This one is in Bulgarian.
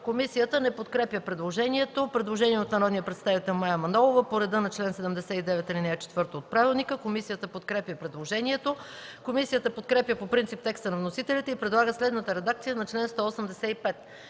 Комисията не подкрепя предложението. Предложение от народния представител Мая Манолова по реда на чл. 79, ал. 4 от правилника. Комисията подкрепя предложението. Комисията подкрепя по принцип текста на вносителите и предлага следната редакция на чл. 185: